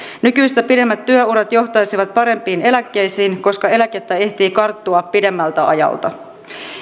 nykyistä pidemmät työurat johtaisivat parempiin eläkkeisiin koska eläkettä ehtii karttua pidemmältä ajalta